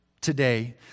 today